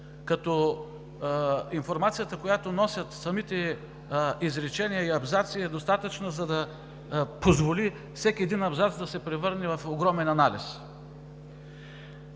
като информацията, която носят самите изречения и абзаци, е достатъчна, за да позволи всеки един абзац да се превърне в огромен анализ.